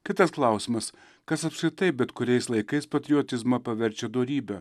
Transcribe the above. kitas klausimas kas apskritai bet kuriais laikais patriotizmą paverčia dorybe